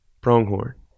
Pronghorn